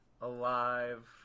Alive